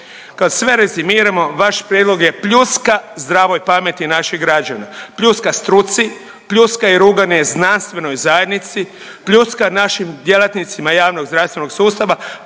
Kad sve rezimiramo, vaš prijedlog je pljuska zdravoj pameti naših građana, pljuska struci, pljuska i ruganje znanstvenoj zajednici, pljuska našim djelatnicima javnozdravstvenog sustava,